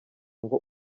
ngo